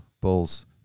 Bulls